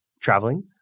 traveling